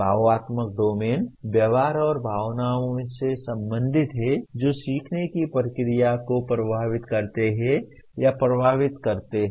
भावात्मक डोमेन व्यवहार और भावनाओं से संबंधित है जो सीखने की प्रक्रिया को प्रभावित करते हैं या प्रभावित करते हैं